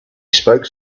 spoke